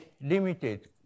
limited